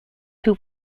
who